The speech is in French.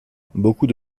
beaucoup